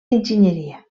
enginyeria